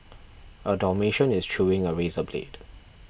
a dalmatian is chewing a razor blade